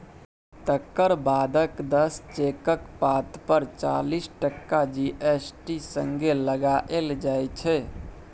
तकर बादक दस चेकक पात पर चालीस टका जी.एस.टी संगे लगाएल जाइ छै